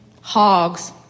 Hogs